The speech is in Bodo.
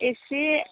एसे